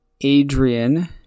Adrian